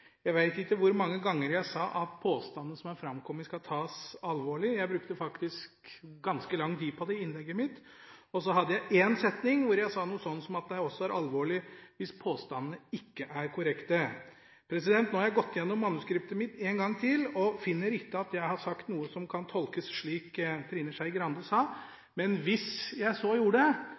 Jeg vet ikke hvor mange ganger jeg sa at påstandene som er framkommet, skal tas alvorlig. Jeg brukte faktisk ganske lang tid på det i innlegget mitt, og så hadde jeg én setning hvor jeg sa noe sånt som at det også er alvorlig hvis påstandene ikke er korrekte. Nå har jeg gått gjennom manuskriptet mitt én gang til og finner ikke at jeg har sagt noe som kan tolkes slik som representanten Trine Skei Grande sa. Men hvis jeg så gjorde, beklager jeg det